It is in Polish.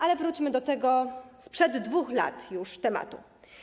Ale wróćmy do tego sprzed 2 lat już tematu.